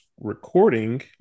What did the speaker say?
recording